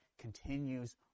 continues